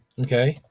okay.